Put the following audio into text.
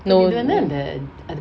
no